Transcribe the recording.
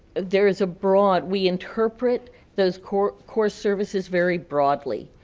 there is a broad, we interpret those core core services very broadly,